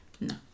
No